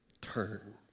turn